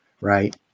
Right